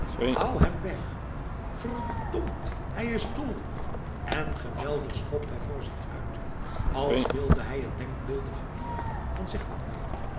hou hem weg verd md hij is dol en geweldig schopt hij voor zich uit als wilde hij het denkbeeldige dier van zich afweren